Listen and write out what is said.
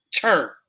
turn